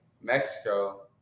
Mexico